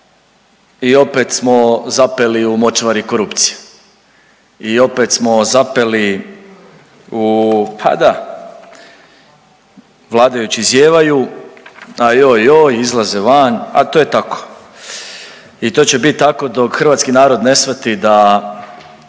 i opet smo zapeli u močvari korupcije i opet smo zapeli u pa da, vladajući zijevaju a joj, joj, izlaze van, a to je tako i to će bit tako dok hrvatski narod ne shvati da